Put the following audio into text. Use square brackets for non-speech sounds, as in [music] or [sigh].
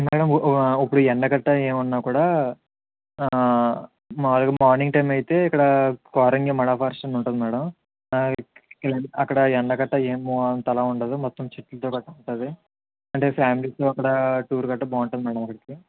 madam ఇప్పుడు ఎండ్రగట్రా ఏమన్నా కూడా మామూలుగా మార్నింగ్ టైం అయితే ఇక్కడ క్వారణ్యం మడా ఫారెస్ట్ అని ఉంటుంది మ్యాడమ్ అక్కడ ఎండ్రాగట్రా ఏమో అంతలా ఉండదు మొత్తం [unintelligible] ఉంటుంది అంటే ఫ్యామిలీతో అక్కడ టూరు గట్రా బాగుంటుంది మ్యాడమ్ అక్కడికి